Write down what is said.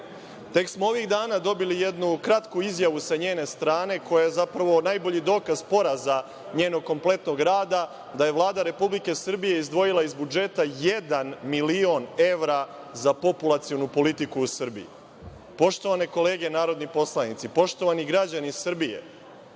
smo ovih dana dobili jednu kratku izjavu sa njene strane koja je zapravo najbolji dokaz poraza njenog kompletnog rada, da je Vlada Republike Srbije izdvojila iz budžeta jedan milion evra za populacionu politiku u Srbiji. Poštovane kolege narodni poslanici, poštovani građani Srbije,